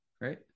Right